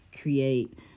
create